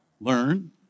learn